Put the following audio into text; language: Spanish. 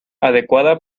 adecuada